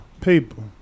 people